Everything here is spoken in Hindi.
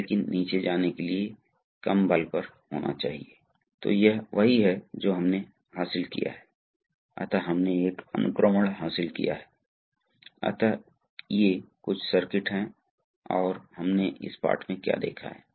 तो अंत में हमारे पास एक प्रवाह नियंत्रण वाल्व है अब यहां क्या हो रहा है यह हो रहा है कि यहाँ हम चाहते हैं हम प्रवाह को नियंत्रित करना चाहते हैं इसलिए आप ठीक देख रहे हैं हैं हम क्या करेंगे हम वास्तव में समय से बाहर चल रहे हैं